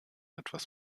etwas